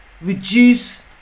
reduce